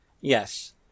Yes